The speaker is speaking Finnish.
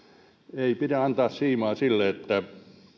ei pidä antaa siimaa sille että